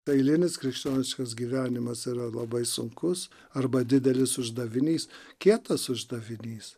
tai eilinis krikščioniškas gyvenimas yra labai sunkus arba didelis uždavinys kietas uždavinys